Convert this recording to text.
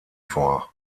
vor